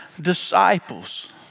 disciples